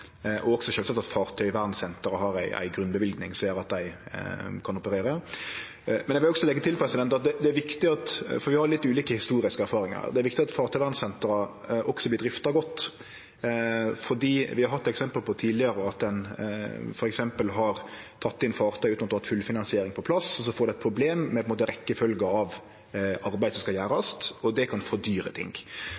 at fartøyvernsentra har ei grunnløyving som gjer at dei kan operere. Vi har litt ulike historiske erfaringar her, og det er viktig at fartøyvernsentra også vert drifta godt. Vi har tidlegare hatt eksempel på at ein har tatt inn fartøy utan å ha hatt fullfinansiering på plass. Så får ein eit problem med rekkefølgja av arbeid som skal